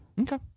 Okay